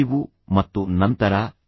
ಕೇವಲ ಉತ್ಕೃಷ್ಟತೆಯ ಅವಶ್ಯಕತೆ ಇದೆ